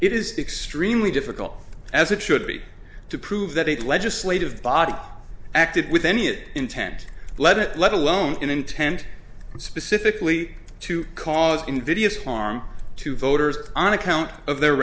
it is extremely difficult as it should be to prove that a legislative body acted with any it intent let it let alone an intent specifically to cause invidious harm to voters on account of their